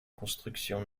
construction